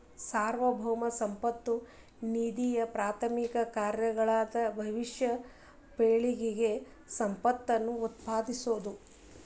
ಸಾರ್ವಭೌಮ ಸಂಪತ್ತ ನಿಧಿಯಪ್ರಾಥಮಿಕ ಕಾರ್ಯಗಳಂದ್ರ ಭವಿಷ್ಯದ ಪೇಳಿಗೆಗೆ ಸಂಪತ್ತನ್ನ ಉತ್ಪಾದಿಸೋದ